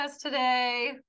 today